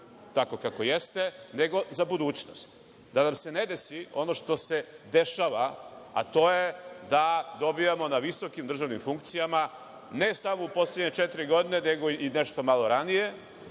tako kako jeste, nego za budućnost. Da vam se ne desi ono što se dešava, a to je da dobijamo na visokim državnim funkcijama, ne samo u poslednje četiri godine, nego i nešto malo ranije,